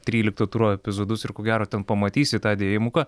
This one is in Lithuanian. trylikto turo epizodus ir ko gero ten pamatysi tą dėjimuką